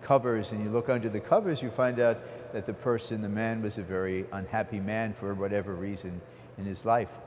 covers and you look under the covers you find that the person the man was a very unhappy man for whatever reason in his life